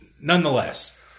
Nonetheless